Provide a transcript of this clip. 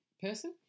person